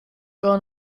gar